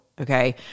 okay